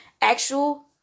actual